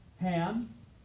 hands